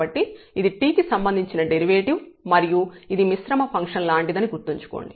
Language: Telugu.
కాబట్టి ఇది t కి సంబంధించిన డెరివేటివ్ మరియు ఇది మిశ్రమ ఫంక్షన్ లాంటిదని గుర్తుంచుకోండి